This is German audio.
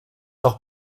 auch